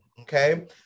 okay